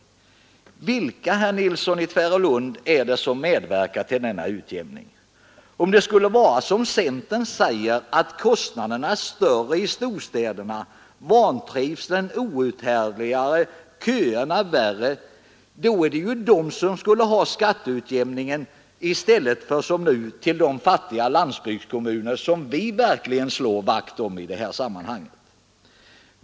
Vilka, herr Nilsson i Tvärålund, är det som 15 december 1972 medverkar till denna utjämning? Om det skulle vara som centern säger, att kostnaderna är större i storstäderna, vantrivseln outhärdlig och köerna Regional utveck Ed 5 a ä AS å ad "a ling och hushållning värre, då skulle ju dessa kommuner ha skatteutjämningsbidrag i stället för A 6 . 5 med mark och vatsom nu de fattiga landsbygdskommuner som vi verkligen slår vakt om i an det här sammanhanget.